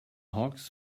hogs